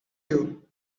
you